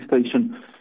station